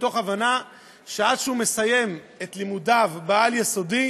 מתוך הבנה שעד שהוא מסיים את לימודיו בעל-יסודי,